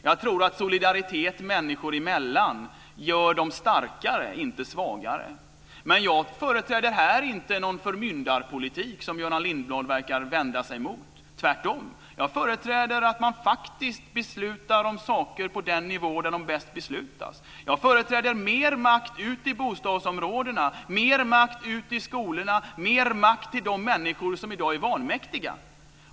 Jag tror att solidaritet människor emellan gör dem starkare, inte svagare. Jag företräder dock inte här någon förmyndarpolitik, som Göran Lindblad verkar vända sig emot - tvärtom. Jag företräder att man faktiskt beslutar om saker på den nivå där de bäst beslutas. Jag företräder mer makt ut i bostadsområdena, mer makt ut i skolorna och mer makt till de människor som i dag är vanmäktiga.